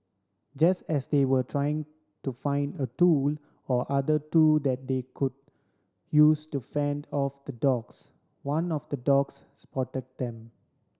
just as they were trying to find a tool or other two that they could use to fend off the dogs one of the dogs spotted them